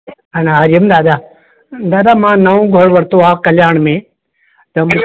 हरि ओम दादा दादा मां नओं घरु वरितो आहे कल्याण में